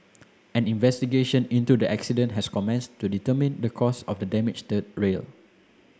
an investigation into the accident has commenced to determine the cause of the damaged third rail